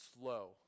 slow